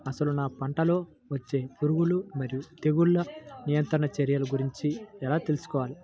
అసలు నా పంటలో వచ్చే పురుగులు మరియు తెగులుల నియంత్రణ చర్యల గురించి ఎలా తెలుసుకోవాలి?